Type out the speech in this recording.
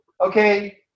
okay